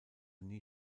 nie